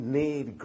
need